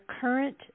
current